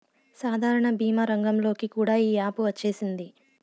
సాధారణ భీమా రంగంలోకి కూడా ఈ యాపు వచ్చేసింది